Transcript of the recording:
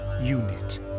UNIT